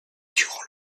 durant